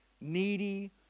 needy